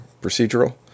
procedural